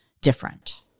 different